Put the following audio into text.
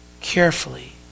carefully